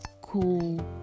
cool